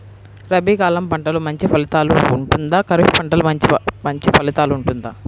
రబీ కాలం పంటలు మంచి ఫలితాలు ఉంటుందా? ఖరీఫ్ పంటలు మంచి ఫలితాలు ఉంటుందా?